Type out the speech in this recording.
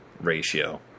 ratio